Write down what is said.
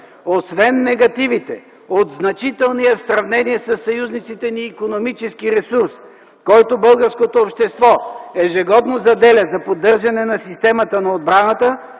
„Освен негативите от значителния в сравнение със съюзниците ни икономически ресурс, който българското общество ежегодно заделя за поддържане на системата на отбраната